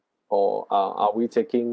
or are are we taking